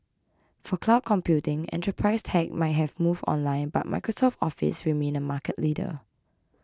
for cloud computing enterprise tech might have moved online but Microsoft's Office remains a market leader